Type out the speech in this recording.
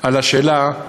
על השאלה,